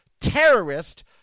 terrorist